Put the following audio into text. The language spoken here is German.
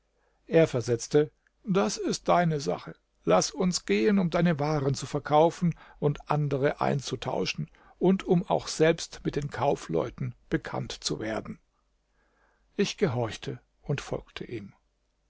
er versetzte das ist deine sache laß uns gehen um deine waren zu verkaufen und andere einzutauschen und um auch selbst mit den kaufleuten bekannt zu werden ich gehorchte und folgte ihm